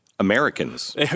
Americans